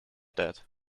that